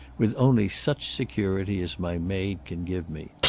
with only such security as my maid can give me.